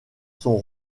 sont